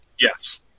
Yes